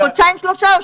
או חודשיים שלושה,